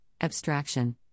abstraction